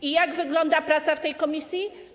I jak wygląda praca w tej komisji?